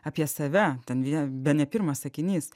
apie save ten vie bene pirmas sakinys